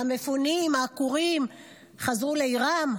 המפונים העקורים חזרו לעירם?